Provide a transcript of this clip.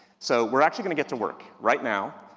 so we're actually going to get to work, right now,